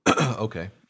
Okay